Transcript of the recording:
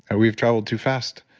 and we've traveled too fast.